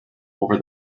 over